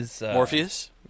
Morpheus